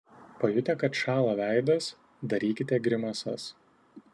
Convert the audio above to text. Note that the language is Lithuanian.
pajutę kad šąla veidas darykite grimasas